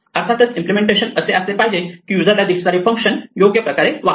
अर्थातच इम्पलेमेंटेशन असे असले पाहिजे की युजरला दिसणारे फंक्शन योग्य प्रकारे वागतील